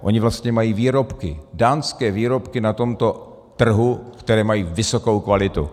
Oni vlastně mají výrobky, dánské výrobky na tomto trhu, které mají vysokou kvalitu.